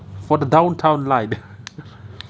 for the downtown line